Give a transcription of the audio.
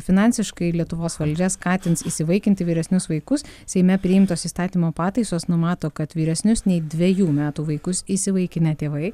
finansiškai lietuvos valdžia skatins įsivaikinti vyresnius vaikus seime priimtos įstatymo pataisos numato kad vyresnius nei dvejų metų vaikus įsivaikinę tėvai